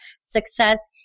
success